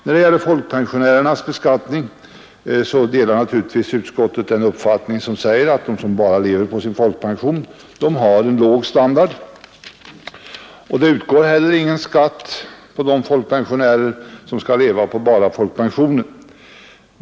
När det gäller folkpensionärernas beskattning delar naturligtvis utskottet den uppfattningen att de som bara har sin folkpension att leva på har låg standard. Det utgår heller ingen skatt enbart på folkpensionen.